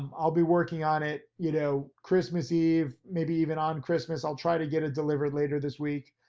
um i'll be working on it, you know, christmas eve, maybe even on christmas i'll try to get it delivered later this week.